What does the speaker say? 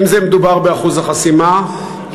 אם מדובר באחוז החסימה,